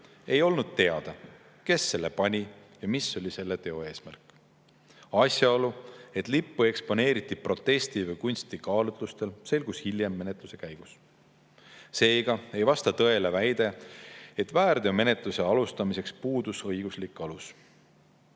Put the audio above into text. ei olnud teada, kes selle sinna pani ja mis oli selle teo eesmärk. Asjaolu, et lippu eksponeeriti protesti- või kunstikaalutlustel, selgus hiljem menetluse käigus. Seega ei vasta tõele väide, et väärteomenetluse alustamiseks puudus õiguslik alus.